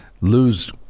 lose